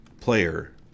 player